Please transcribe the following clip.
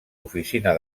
oficina